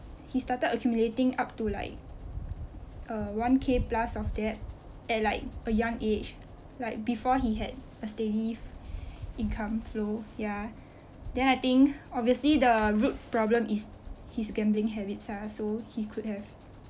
he started accumulating up to like uh one K plus of debt at like a young age like before he had a steady income flow ya then I think obviously the root problem is his gambling habits lah so he could have